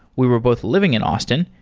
we were both living in austin,